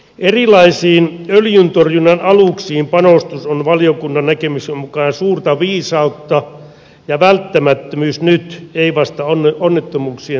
erilaisiin öljyntorjunnan aluksiin panostus on valiokunnan näkemyksen mukaan suurta viisautta ja välttämättömyys nyt ei vasta onnettomuuksien tapahduttua